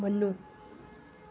वञो